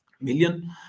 million